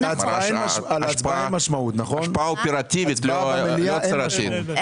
השפעה אופרטיבית לא הצהרתית.